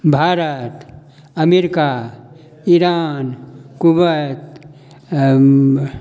Bharat America Iran Kuwait